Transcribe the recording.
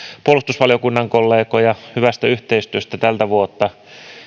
puolustusvaliokunnan kollegoja hyvästä yhteistyöstä tältä vuotta